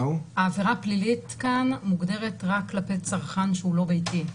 העבירה הפלילית כאן מוגדרת רק כלפי צרכן שהוא לא ביתי.